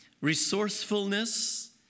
resourcefulness